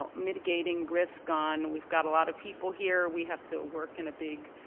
um mitigating risk on, we've got a lot of people here, we have to work in a big